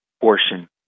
portion